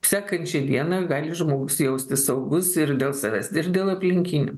sekančią dieną gali žmogus jaustis saugus ir dėl savęs ir dėl aplinkinių